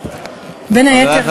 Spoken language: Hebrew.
בין היתר,